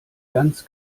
ganz